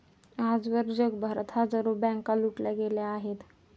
आजवर जगभरात हजारो बँका लुटल्या गेल्या आहेत